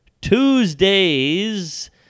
Tuesdays